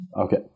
Okay